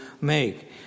make